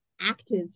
active